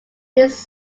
this